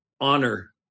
honor